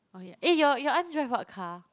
okay eh your your aunt drive what car